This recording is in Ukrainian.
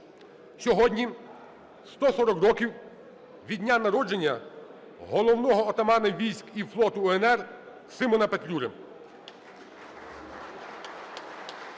сьогодні 140 років від дня народження Головного Отамана військ і флоту УНР Симона Петлюри.